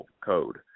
code